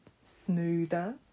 smoother